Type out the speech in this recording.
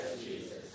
Jesus